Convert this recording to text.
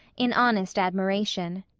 in honest admiration.